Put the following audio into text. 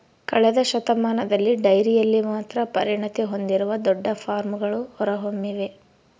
ಕಳೆದ ಶತಮಾನದಲ್ಲಿ ಡೈರಿಯಲ್ಲಿ ಮಾತ್ರ ಪರಿಣತಿ ಹೊಂದಿರುವ ದೊಡ್ಡ ಫಾರ್ಮ್ಗಳು ಹೊರಹೊಮ್ಮಿವೆ